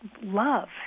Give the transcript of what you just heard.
love